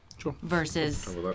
Versus